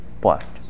Blessed